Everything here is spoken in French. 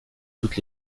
toute